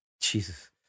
jesus